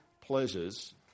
pleasures